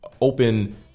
open